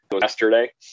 yesterday